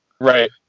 Right